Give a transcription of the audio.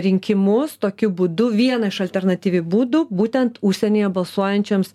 rinkimus tokiu būdu vieną iš alternatyvi būdų būtent užsienyje balsuojančiems